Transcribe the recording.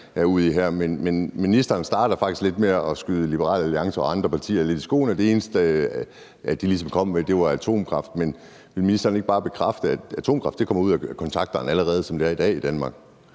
er inde på her. Men ministeren starter faktisk lidt med at skyde Liberal Alliance og andre partier i skoene, at det eneste, de ligesom kom med, var atomkraft, men vil ministeren ikke bare bekræfte, at atomkraft allerede, som det er i dag, kommer